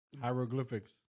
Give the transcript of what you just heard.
Hieroglyphics